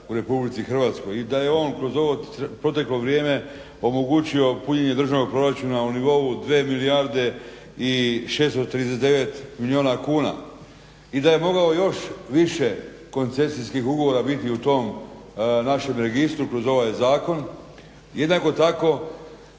u RH i da je on kroz ovo proteklo vrijeme omogućio punjenje državnog proračuna na nivou 2 milijarde 639 milijuna kuna i da je mogao još više koncesijskih ugovora biti u tom našem registru kroz ovaj zakon. jednako tako